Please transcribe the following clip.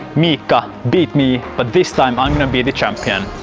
miikka beat me but this time i'm going to be the champion!